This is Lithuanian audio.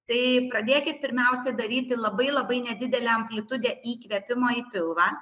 tai pradėkit pirmiausia daryti labai labai nedidelę amplitudę įkvėpimo į pilvą